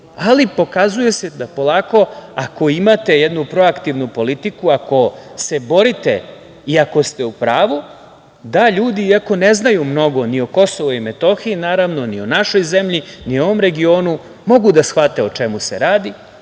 EU.Pokazuje se da polako, ako imate jednu proaktivnu politiku, ako se borite i ako ste u pravu, da ljudi i ako ne znaju mnogo ni o KiM, naravno, ni o našoj zemlji, ni o ovom regionu mogu da shvate o čemu se radi